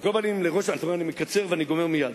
על כל פנים, אני מקצר וגומר מייד.